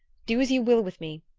do as you will with me.